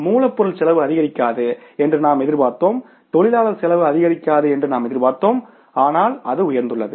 மூலப்பொருள் செலவு அதிகரிக்காது என்று நாம் எதிர்பார்த்தோம் தொழிலாளர் செலவு அதிகரிக்காது என்று நாம் எதிர்பார்த்தோம் ஆனால் அது உயர்ந்துள்ளது